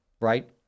Right